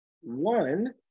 one